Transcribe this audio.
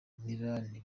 milan